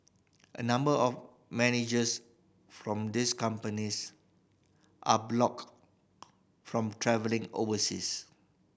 a number of managers from these companies are blocked from travelling overseas